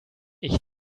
ich